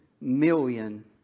million